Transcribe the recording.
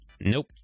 Nope